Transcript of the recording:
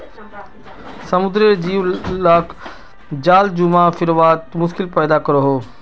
समुद्रेर जीव लाक जाल घुमा फिरवात मुश्किल पैदा करोह